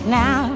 now